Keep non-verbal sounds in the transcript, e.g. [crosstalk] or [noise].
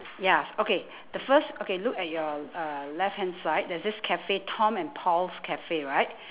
ya okay [breath] the first okay look at your uh left hand side there's this cafe tom and paul's cafe right